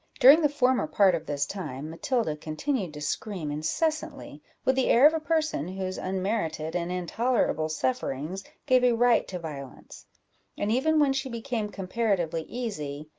during the former part of this time, matilda continued to scream incessantly, with the air of a person whose unmerited and intolerable sufferings gave a right to violence and even when she became comparatively easy,